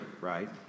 right